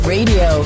Radio